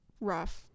Rough